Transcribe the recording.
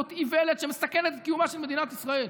זאת איוולת שמסכנת את קיומה של מדינת ישראל,